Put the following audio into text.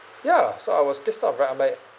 ya so I was pissed off right I'm like